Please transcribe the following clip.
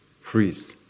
freeze